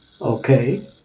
okay